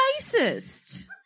racist